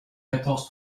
quatorze